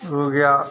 गया